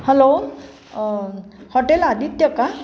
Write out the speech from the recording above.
hello hotel Aditya का